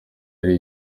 ari